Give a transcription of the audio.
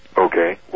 Okay